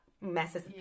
messes